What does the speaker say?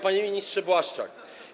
Panie Ministrze Błaszczak!